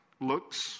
looks